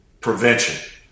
prevention